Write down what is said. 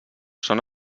són